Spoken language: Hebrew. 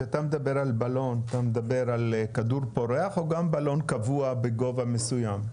כשאתה מדבר על בלון אתה מדבר על כדור פורח או גם בלון קבוע בגובה מסוים?